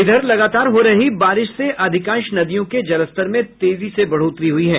इधर लगातार हो रही बारिश से अधिकांश नदियों के जलस्तर में तेजी से बढ़ोतरी हुई है